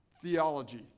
theology